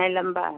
नहीं लंबा है